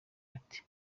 bati